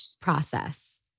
process